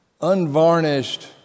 unvarnished